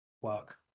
work